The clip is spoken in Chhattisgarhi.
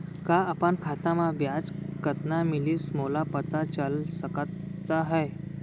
का अपन खाता म ब्याज कतना मिलिस मोला पता चल सकता है?